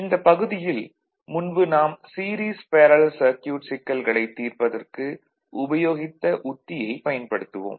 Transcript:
இந்தப் பகுதியில் முன்பு நாம் சீரிஸ் பேரலல் சர்க்யூட் சிக்கல்களைத் தீர்ப்பதற்கு உபயோகித்த உத்தியைப் பயன்படுத்துவோம்